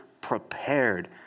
prepared